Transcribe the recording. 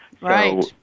Right